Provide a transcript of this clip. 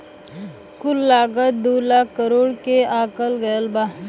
कुल लागत दू लाख करोड़ के आकल गएल बा